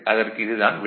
அதற்கு இது தான் விடை